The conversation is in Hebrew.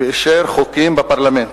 ואישר חוקים בפרלמנט.